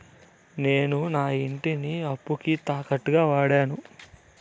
నేను నా ఇంటిని అప్పుకి తాకట్టుగా వాడాను